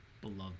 beloved